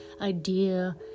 idea